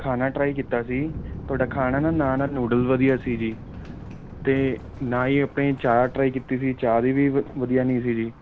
ਖਾਣਾ ਟਰਾਈ ਕੀਤਾ ਸੀ ਤੁਹਾਡਾ ਖਾਣਾ ਨਾ ਨਾ ਨਾ ਨੂਡਲ ਵਧੀਆ ਸੀ ਜੀ ਅਤੇ ਨਾ ਹੀ ਆਪਣੀ ਚਾਹ ਟਰਾਈ ਕੀਤੀ ਸੀ ਚਾਹ ਦੀ ਵੀ ਵ ਵਧੀਆ ਨਹੀਂ ਸੀ ਜੀ